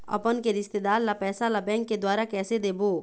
अपन के रिश्तेदार ला पैसा ला बैंक के द्वारा कैसे देबो?